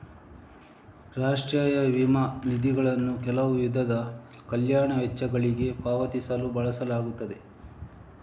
ರಾಷ್ಟ್ರೀಯ ವಿಮಾ ನಿಧಿಗಳನ್ನು ಕೆಲವು ವಿಧದ ಕಲ್ಯಾಣ ವೆಚ್ಚಗಳಿಗೆ ಪಾವತಿಸಲು ಬಳಸಲಾಗುತ್ತದೆ